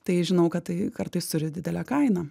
tai žinau kad tai kartais turi didelę kainą